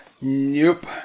Nope